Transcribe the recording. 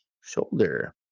shoulder